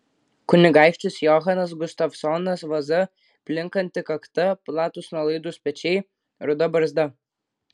kunigaikštis johanas gustavsonas vaza plinkanti kakta platūs nuolaidūs pečiai ruda barzda